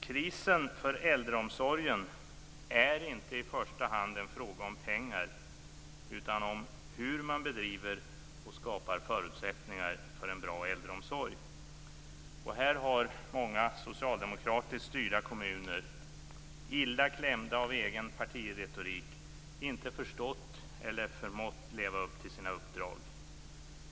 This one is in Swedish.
Krisen för äldreomsorgen är inte i första hand en fråga om pengar utan om hur man bedriver och skapar förutsättningar för bra äldreomsorg. Här har många socialdemokratiskt styrda kommuner, illa klämda av egen partiretorik, inte förstått eller inte förmått att leva upp till sina uppdrag.